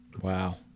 Wow